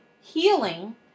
healing